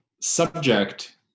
subject